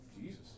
Jesus